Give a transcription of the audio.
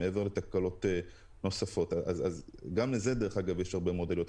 לצד תקלות נוספות וגם לדברים האלה יש הרבה מאוד עלויות.